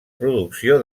producció